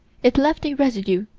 it left a residue,